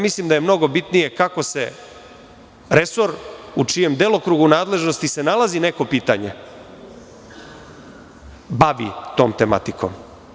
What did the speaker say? Mislim da je mnogo bitnije da se resor u čijem delokrugu nadležnosti se nalazi neko pitanje bavi tom tematikom.